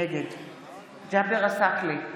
נגד ג'אבר עסאקלה,